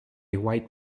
white